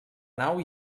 nau